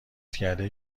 کرده